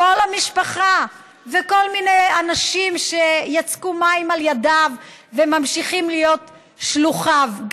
כל המשפחה וכל מיני אנשים שיצקו מים על ידיו וממשיכים להיות שלוחיו.